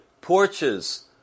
Porches